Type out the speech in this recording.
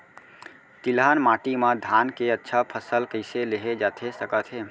तिलहन माटी मा धान के अच्छा फसल कइसे लेहे जाथे सकत हे?